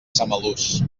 samalús